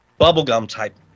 bubblegum-type